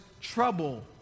trouble